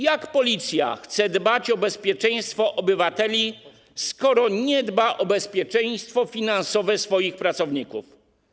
Jak Policja chce dbać o bezpieczeństwo obywateli, skoro nie dba o bezpieczeństwo finansowe swoich pracowników?